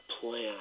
plan